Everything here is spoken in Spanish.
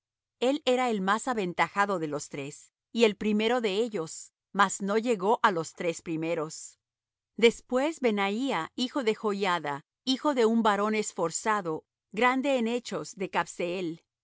el era el más aventajado de los tres y el primero de ellos mas no llegó á los tres primeros después benaía hijo de joiada hijo de un varón esforzado grande en hechos de